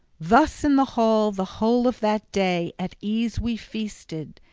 thus in the hall the whole of that day at ease we feasted,